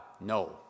no